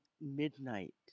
midnight